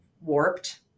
warped